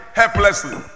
helplessly